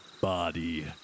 body